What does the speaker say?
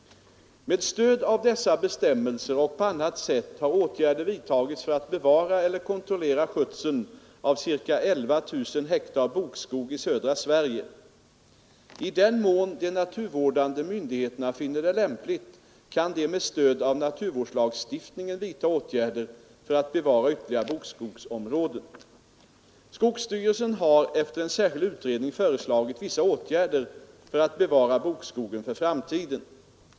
Med stöd av dessa bestämmelser och på annat sätt har åtgärder vidtagits för att bevara eller kontrollera skötseln av ca 11 000 hektar 21 bokskog i södra Sverige. I den mån de naturvårdande myndigheterna finner det lämpligt kan de med stöd av naturvårdslagstiftningen vidta åtgärder för att bevara ytterligare bokskogsområden. Skogsstyrelsen har efter en särskild utredning föreslagit vissa åtgärder för att bevara bokskogen för framtiden.